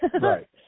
Right